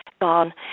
gone